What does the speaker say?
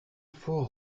faut